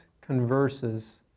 converses